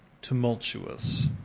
tumultuous